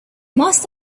must